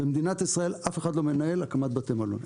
במדינת ישראל אף אחד לא מנהל הקמת בתי מלון.